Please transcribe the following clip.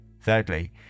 Thirdly